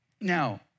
Now